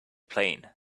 plane